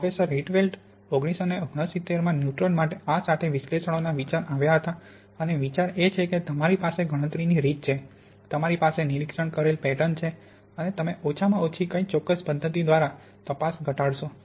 professor Rietveld 1969 માં neutron માટે આ સાથે વિશ્લેષણનો વિચાર આવ્યા હતા અને વિચાર એ છે કે તમારી પાસે ગણતરીની રીત છે તમારી પાસે નિરીક્ષણ કરેલ પેટર્ન છે અને તમે ઓછામાં ઓછી કઈ ચોરસ પદ્ધતિ દ્વારા તફાવત ઘટાડશો